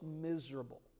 miserable